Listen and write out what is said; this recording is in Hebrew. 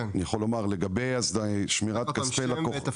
בבקשה.